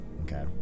Okay